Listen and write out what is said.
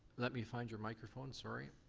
let me find your microphone. sorry.